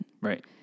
Right